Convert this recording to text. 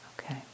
okay